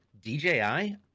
DJI